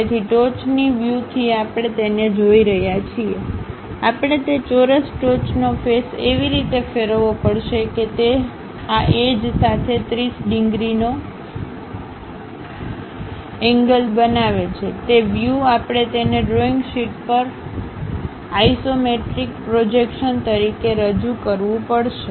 તેથી ટોચની વ્યૂથી આપણે તેને જોઈ રહ્યા છીએ આપણે તે ચોરસ ટોચનો ફેસ એવી રીતે ફેરવવો પડશે કે તે આ એજસાથે 30 ડિગ્રીનો એંગલ બનાવે છે તે વ્યૂ આપણે તેને ડ્રોઇંગ શીટ પર આઇસોમેટ્રિક પ્રોજેક્શન તરીકે રજૂ કરવું પડશે